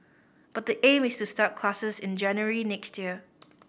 but the aim is to start classes in January next year